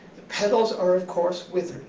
petals are, of course, withered,